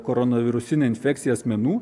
koronavirusine infekcija asmenų